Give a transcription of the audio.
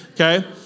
okay